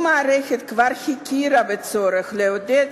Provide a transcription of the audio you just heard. אם המערכת כבר הכירה בצורך לעודד